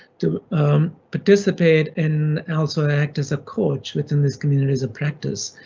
to participate and also act as a coach within this community as a practice.